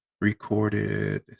recorded